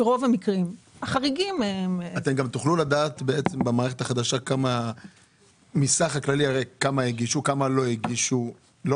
במערכת החדשה תוכלו גם לדעת כמה הגישו וכמה לא הגישו מהסך הכללי?